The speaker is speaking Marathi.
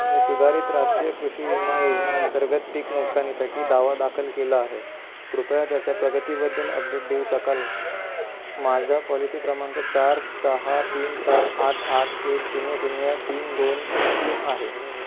मी सुधारित राष्ट्रीय कृषी विमा योजना अंतर्गत पीक नुकसानीसाठी दावा दाखल केला आहे कृपया त्याच्या प्रगतीबद्दल अपडेट देऊ शकाल का माझा पॉलिसी क्रमांक चार सहा तीन सात आठ आठ एक शून्य शून्य तीन दोन तीन आहे